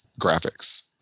graphics